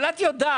אבל את יודעת